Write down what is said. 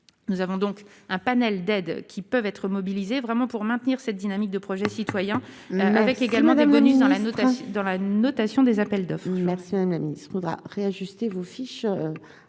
nous avons donc un panel d'aide qui peuvent être mobilisés vraiment pour maintenir cette dynamique de projet citoyen, avec également des bonus dans la notation dans la notation des appels de. Merci à un ami faudra réajuster vos fiches